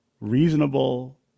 reasonable